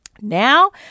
Now